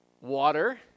water